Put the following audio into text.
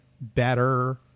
better